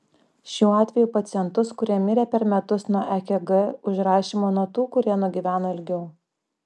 šiuo atveju pacientus kurie mirė per metus nuo ekg užrašymo nuo tų kurie nugyveno ilgiau